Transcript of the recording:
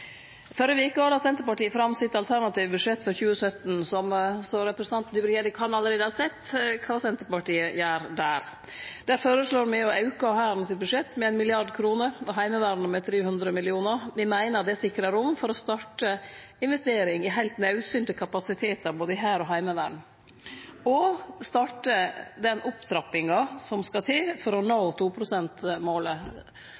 Førre veke la Senterpartiet fram sitt alternative budsjett for 2017, så representanten Tybring-Gjedde kan alt ha sett kva Senterpartiet gjer der. Der føreslår me å auke Hærens budsjett med 1 mrd. kr og Heimevernets med 300 mill. kr. Me meiner det sikrar rom for å starte investeringar, heilt naudsynte kapasitetar både i Hæren og Heimevernet, og å starte den opptrappinga som skal til for å